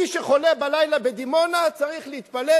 מי שחולה בלילה בדימונה צריך להתפלל,